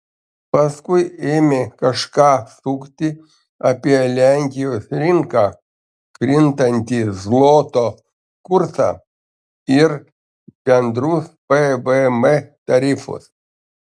paskui ėmė kažką sukti apie lenkijos rinką krintantį zloto kursą ir bendrus pvm tarifus